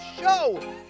show